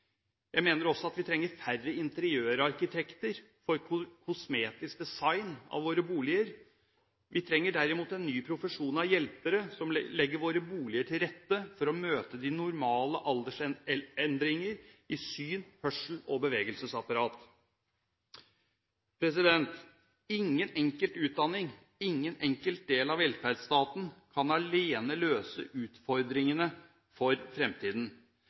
Jeg mener også at vi trenger færre interiørarkitekter for kosmetisk design av våre boliger. Vi trenger derimot en ny profesjon av hjelpere som legger våre boliger til rette for å møte de normale aldersendringer i syn, hørsel og bevegelsesapparat. Ingen enkelt utdanning, ingen enkelt del av velferdsstaten kan alene løse utfordringene for